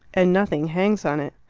and nothing hangs on it.